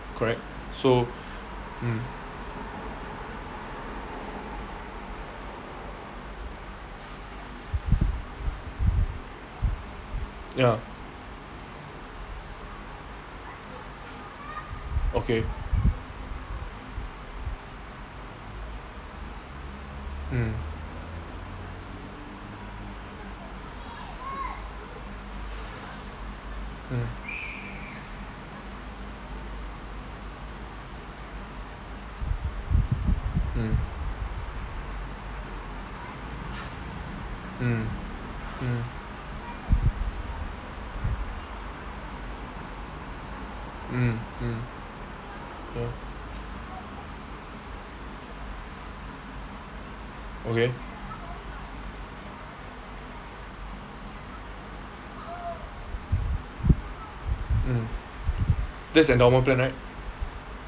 correct so um ya okay mm mm mm mm mm mmhmm okay mm that's endowment plan right